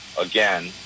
again